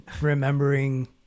remembering